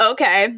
Okay